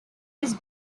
his